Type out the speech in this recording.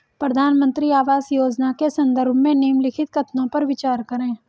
प्रधानमंत्री आवास योजना के संदर्भ में निम्नलिखित कथनों पर विचार करें?